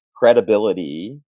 credibility